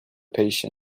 patient